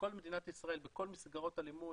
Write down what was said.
בכל מדינת ישראל בכל מסגרות הלימוד,